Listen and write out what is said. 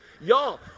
Y'all